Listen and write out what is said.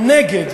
או נגד,